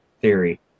theory